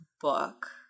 book